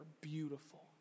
beautiful